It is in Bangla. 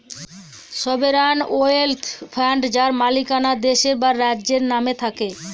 সভেরান ওয়েলথ ফান্ড যার মালিকানা দেশের বা রাজ্যের নামে থাকে